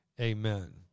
Amen